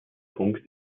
punkt